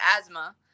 asthma